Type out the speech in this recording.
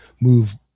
move